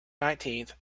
nineteenth